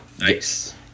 nice